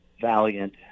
valiant